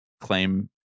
claim